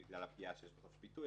בגלל הפגיעה שיש בחופש ביטוי.